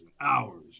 hours